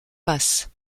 passe